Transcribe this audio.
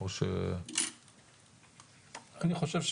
אני חושב,